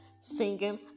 singing